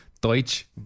Deutsch